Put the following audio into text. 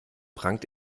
prangt